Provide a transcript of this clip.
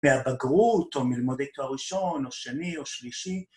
‫מהבגרות או מלמודי תואר ראשון ‫או שני או שלישי.